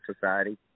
Society